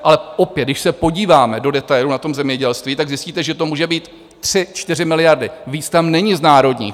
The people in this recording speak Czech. Ale opět, když se podíváme do detailů na tom zemědělství, tak zjistíte, že to může být 3, 4 miliardy, víc tam není z národních.